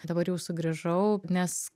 dabar jau sugrįžau nes